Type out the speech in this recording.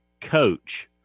coach